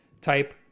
Type